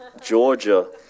Georgia